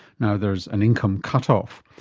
now there's an income cut-off.